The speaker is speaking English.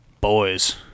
boys